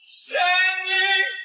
standing